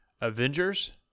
Avengers